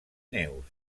neus